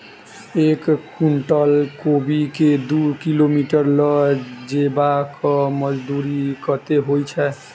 एक कुनटल कोबी केँ दु किलोमीटर लऽ जेबाक मजदूरी कत्ते होइ छै?